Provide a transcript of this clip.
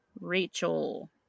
Rachel